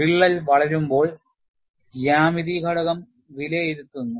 വിള്ളൽ വളരുമ്പോൾ ജ്യാമിതി ഘടകം വിലയിരുത്തുന്നു